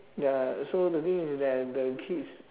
ya so the thing is that the kids